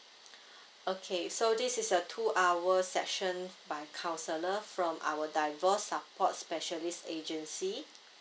okay so this is a two hour session by counsellor from our divorce support specialist agency